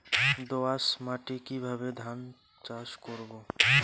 দোয়াস মাটি কিভাবে ধান চাষ করব?